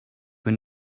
were